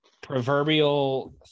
proverbial